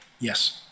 Yes